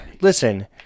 Listen